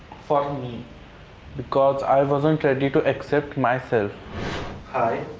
for me because i wasn't ready to accept myself hi,